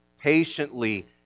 patiently